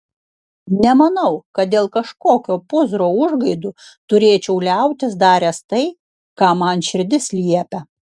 nemanau kad dėl kažkokio pūzro užgaidų turėčiau liautis daręs tai ką man širdis liepia